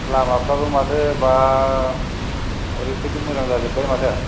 लामाफ्राबो माथो बा ओरैबायदि मोजां जाजोबबाय माथो